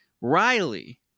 Riley